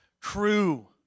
crew